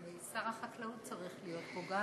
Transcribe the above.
שר החקלאות גם צריך להיות פה.